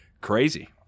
crazy